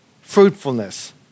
fruitfulness